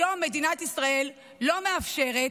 היום מדינת ישראל לא מאפשרת,